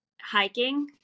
hiking